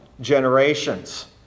generations